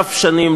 רב-השנים,